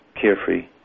carefree